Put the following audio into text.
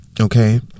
Okay